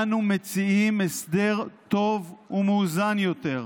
אנו מציעים הסדר טוב ומאוזן יותר,